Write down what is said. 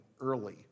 early